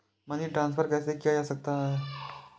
Money transfer कैसे किया जा सकता है?